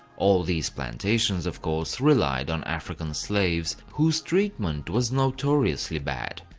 all these plantations, of course, relied on african slaves, whose treatment was notoriously bad.